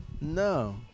No